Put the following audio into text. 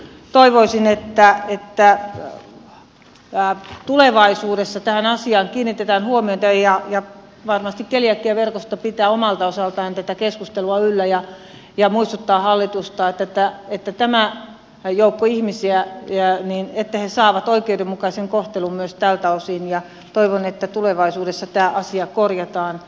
toivoisin että tulevaisuudessa tähän asiaan kiinnitetään huomiota ja varmasti keliakiaverkosto pitää omalta osaltaan tätä keskustelua yllä ja muistuttaa hallitusta että tämä joukko ihmisiä saa oikeudenmukaisen kohtelun myös tältä osin ja toivon että tulevaisuudessa tämä asia korjataan